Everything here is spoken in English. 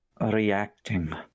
reacting